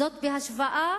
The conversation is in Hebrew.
זאת בהשוואה